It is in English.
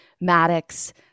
Maddox